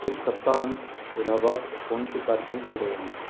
इस सप्ताह अंत इलाहबाद कौन से कार्यक्रम हो रहे हैं